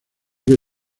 que